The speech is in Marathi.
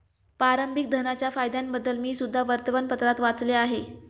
प्रारंभिक धनाच्या फायद्यांबद्दल मी सुद्धा वर्तमानपत्रात वाचले आहे